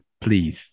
please